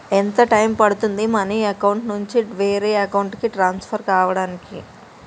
ఎంత టైం పడుతుంది money account నుంచి వేరే అకౌంట్ కి ట్రాన్స్ఫర్ కావటానికి?